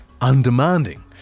undemanding